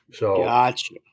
Gotcha